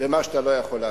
ומה שאתה לא יכול לעשות.